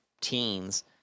teens